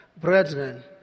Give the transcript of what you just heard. Brethren